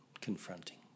confronting